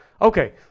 okay